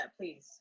please